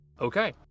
Okay